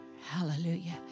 Hallelujah